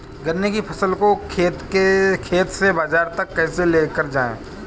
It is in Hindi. गन्ने की फसल को खेत से बाजार तक कैसे लेकर जाएँ?